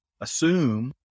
assume